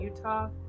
Utah